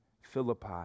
Philippi